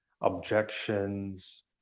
objections